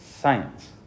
science